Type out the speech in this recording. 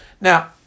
Now